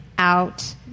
Out